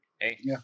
hey